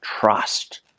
trust